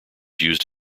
used